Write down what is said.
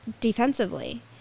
defensively